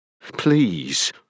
Please